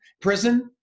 prison